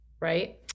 right